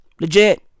Legit